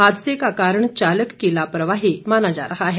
हादसे का कारण चालक की लापरवाही माना जा रहा है